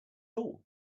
all